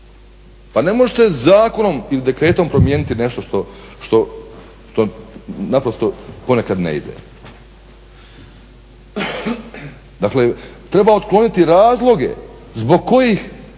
Pa ne možete zakonom ili dekretom promijeniti nešto što naprosto ponekad ne ide. Dakle treba otkloniti razloge zbog kojih